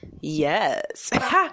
Yes